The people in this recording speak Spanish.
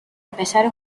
empezar